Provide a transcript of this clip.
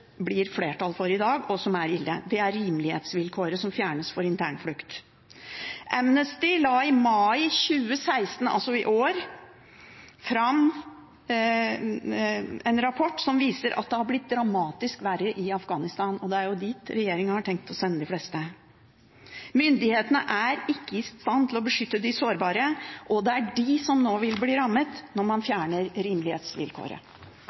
blir flertall for i dag, og som er ille. Det er rimelighetsvilkåret som fjernes for internflukt. Amnesty la i mai 2016, altså i år, fram en rapport som viser at det har blitt dramatisk verre i Afghanistan. Det er jo dit regjeringen har tenkt å sende de fleste. Myndighetene er ikke i stand til å beskytte de sårbare, og det er de som vil bli rammet når man nå fjerner rimelighetsvilkåret.